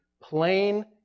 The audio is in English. plain